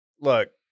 Look